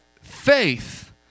faith